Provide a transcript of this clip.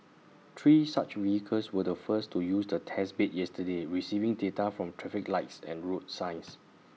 three such vehicles were the first to use the test bed yesterday receiving data from traffic lights and road signs